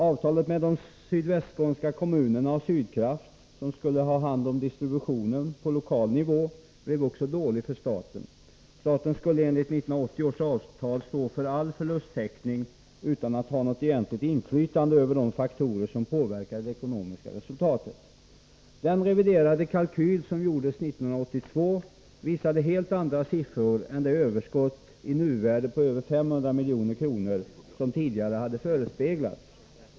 Avtalet med de sydvästskånska kommunerna och Sydkraft, som skulle ha hand om distributionen på lokal nivå, blev också dåligt för staten. Staten skulle enligt 1980 års avtal stå för all förlusttäckning utan att ha något egentligt inflytande över de faktorer som påverkade det ekonomiska resultatet. Den reviderade kalkyl som gjordes 1982 visade helt andra siffror än det överskott på, i nuvärde, över 500 milj.kr. som tidigare hade förespeglats.